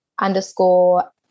underscore